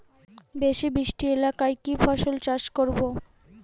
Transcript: বেশি বৃষ্টি এলাকায় কি ফসল চাষ করব?